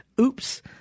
Oops